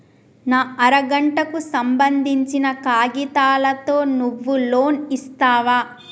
నా అర గంటకు సంబందించిన కాగితాలతో నువ్వు లోన్ ఇస్తవా?